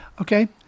okay